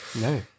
No